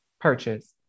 purchase